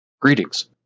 Greetings